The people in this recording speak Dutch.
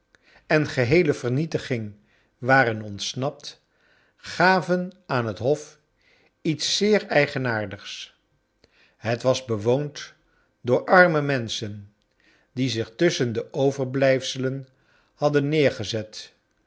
en geheele vernietiging waren ontsnapt gaven aan het hof iets zeer eigenaardigs het was bewoond door arme menschen die zich tusschen de overblijfselen hadden neergezet